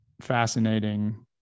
fascinating